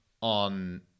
on